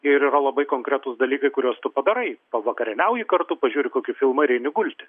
ir yra labai konkretūs dalykai kuriuos tu padarai pavakarieniauji kartu pažiūri kokį filmą ir eini gulti